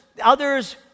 others